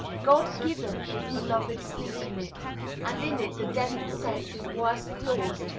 god giveth his beloved sleep in it and in it the devil sets his worst lures,